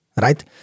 Right